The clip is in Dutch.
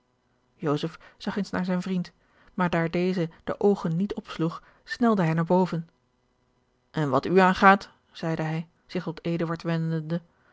zag eens naar zijn vriend maar daar deze de oogen niet opsloeg snelde hij naar boven en wat u aangaat zeide hij zich tot eduard wendende